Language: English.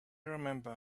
remember